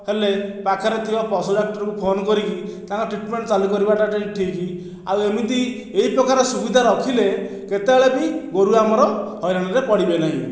ହେଲେ ପାଖରେ ଥିବା ପଶୁ ଡାକ୍ତରଙ୍କୁ ଫୋନ୍ କରିକି ତାଙ୍କ ଟ୍ରିଟ୍ମେଣ୍ଟ ଚାଲୁ କରିବାଟା ଠିକ୍ ଆଉ ଏମିତି ଏହି ପ୍ରକାର ସୁବିଧା ରଖିଲେ କେତେବେଳେ ବି ଗୋରୁ ଆମର ହଇରାଣରେ ପଡ଼ିବେ ନାହିଁ